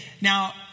Now